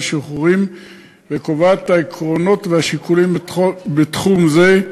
השחרורים וקובעת את העקרונות והשיקולים בתחום זה,